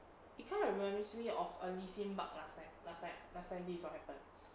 it kind of reminds me of a lee sin bug last time last time last time this is what happened